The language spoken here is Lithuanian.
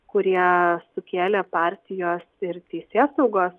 kurie sukėlė partijos ir teisėsaugos